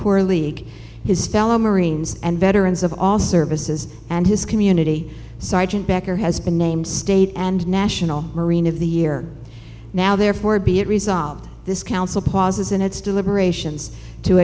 corps league his fellow marines and veterans of all services and his community sergeant becker has been named state and national marine of the year now therefore be it resolved this council pauses in its deliberations to